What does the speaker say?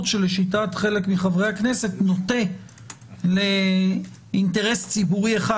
שלשיטת חלק מחברי הכנסת נוטה לאינטרס ציבורי אחד,